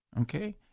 okay